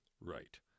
right